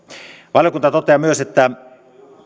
valiokunta toteaa myös että